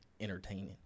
entertaining